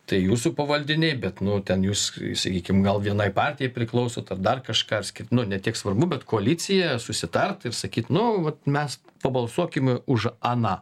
tai jūsų pavaldiniai bet nu ten jūs sakykim gal vienai partijai priklauso ar dar kažkas kit nu ne tiek svarbu bet koalicija susitart ir sakyt nu vat mes pabalsuokime už aną